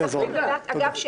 אגב,